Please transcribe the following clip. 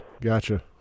Gotcha